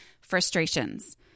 frustrations